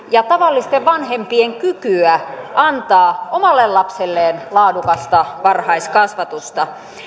ja tavallisten vanhempien kykyä antaa omalle lapselleen laadukasta varhaiskasvatusta